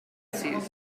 pursuits